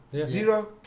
Zero